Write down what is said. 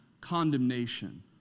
condemnation